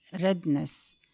redness